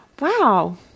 wow